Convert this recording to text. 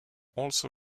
also